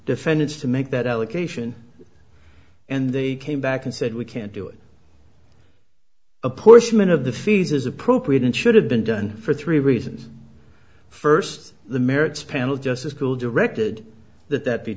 defendants to make that allegation and they came back and said we can't do it a portion of the fees is appropriate and should have been done for three reasons first the merits panel just as cool directed that that be